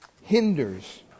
hinders